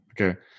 Okay